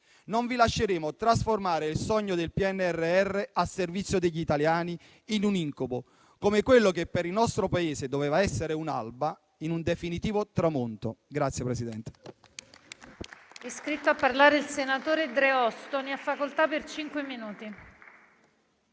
non vi lasceremo trasformare il sogno del PNRR a servizio degli italiani in un incubo, quella che per il nostro Paese doveva essere un'alba in un definitivo tramonto.